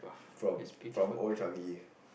from from Old changi